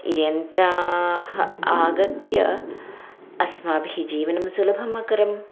यन्त्राणि आगत्य अस्माभिः जीवनं सुलभम् अकरम्